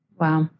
Wow